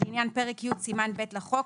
לעניין פרק י' סימן ב' לחוק,